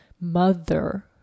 mother